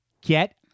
get